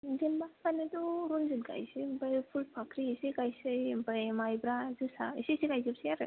जेनेबा रन्जित गायनोसै ओमफ्राय फुलफाख्रि इसे गायनोसै ओमफ्राय माइब्रा जोसा इसे इसे गायजोबनोसै आरो